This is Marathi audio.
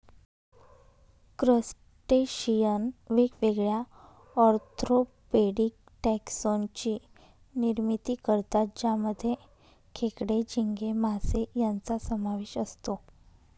क्रस्टेशियन वेगवेगळ्या ऑर्थोपेडिक टेक्सोन ची निर्मिती करतात ज्यामध्ये खेकडे, झिंगे, मासे यांचा समावेश असतो